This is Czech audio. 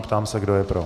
Ptám se, kdo je pro.